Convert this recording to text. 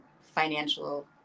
financial